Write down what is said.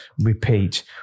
repeat